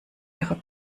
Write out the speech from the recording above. ihrer